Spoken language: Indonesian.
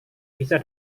bisa